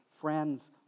friends